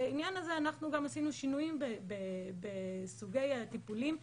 בעניין הזה אנחנו גם עשינו שינויים בסוגי הטיפולים.